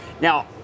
Now